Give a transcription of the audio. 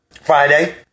Friday